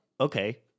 okay